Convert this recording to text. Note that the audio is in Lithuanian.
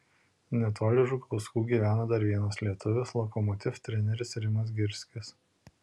netoli žukauskų gyvena dar vienas lietuvis lokomotiv treneris rimas girskis